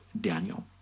Daniel